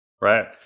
Right